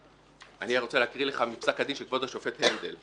אני רוצה להקריא לך מפסק הדין של כבוד השופט הנדל.